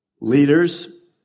leaders